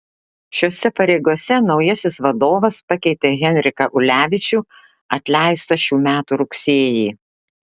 šiose pareigose naujasis vadovas pakeitė henriką ulevičių atleistą šių metų rugsėjį